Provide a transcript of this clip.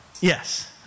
yes